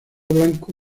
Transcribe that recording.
blanco